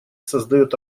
создает